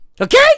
Okay